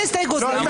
ההסתייגות נפלה.